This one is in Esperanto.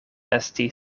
esti